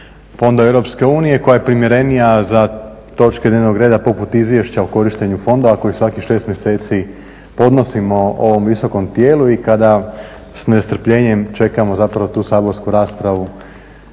fondova EU koja je primjerenija za točke dnevnog reda poput izvješća o korištenja fondova koji svakih 6 mjeseci podnosimo ovom visokom tijelu i kada s nestrpljenjem čekamo tu saborsku raspravu,